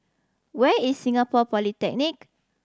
where is Singapore Polytechnic